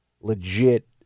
legit